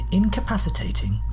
incapacitating